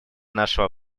нашего